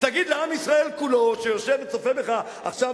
לעם ישראל כולו שיושב וצופה בך עכשיו,